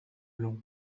long